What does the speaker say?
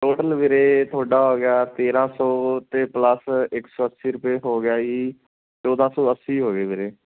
total ਵੀਰੇ ਤੁਹਾਡਾ ਹੋ ਗਿਆ ਤੇਰ੍ਹਾਂ ਸੌ ਅਤੇ ਪਲੱਸ ਇੱਕ ਸੌ ਅੱਸੀ ਰੁਪਏ ਹੋ ਗਿਆ ਜੀ ਚੌਦ੍ਹਾਂ ਸੌ ਅੱਸੀ ਹੋ ਗਏ ਵੀਰੇ